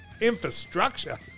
infrastructure